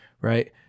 right